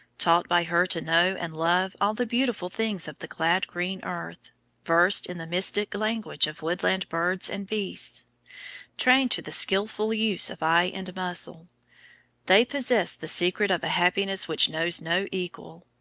taught by her to know and love all the beautiful things of the glad green earth versed in the mystic language of woodland birds and beasts trained to the skilful use of eye and muscle they possess the secret of a happiness which knows no equal.